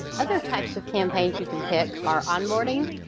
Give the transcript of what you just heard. other types of campaigns you can pick our onboarding,